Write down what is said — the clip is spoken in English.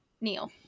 Neil